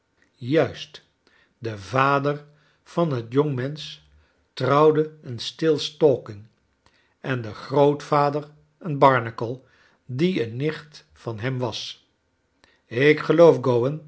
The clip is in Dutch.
juist de vader van het jongemensch trouwde een s til stalking en de groot vader ccn barnacle die een nicht van hem was